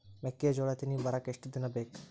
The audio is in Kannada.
ಮೆಕ್ಕೆಜೋಳಾ ತೆನಿ ಬರಾಕ್ ಎಷ್ಟ ದಿನ ಬೇಕ್?